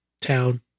town